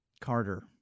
Carter